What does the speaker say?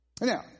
Now